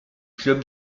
club